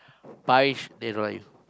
five they don't like you